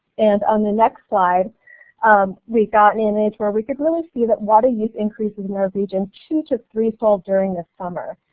and on the next slide we got an image where we can really see that water use increases in our region two to threefold during the summer,